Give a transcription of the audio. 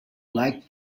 like